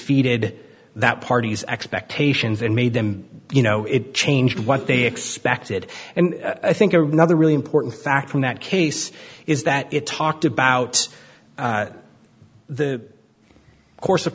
defeated that party's expectations and made them you know it changed what they expected and i think our one other really important factor in that case is that it talked about the course of